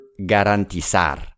garantizar